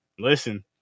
Listen